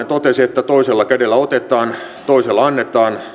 totesi että toisella kädellä otetaan toisella annetaan